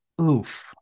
Oof